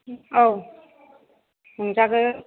औ रंजागोन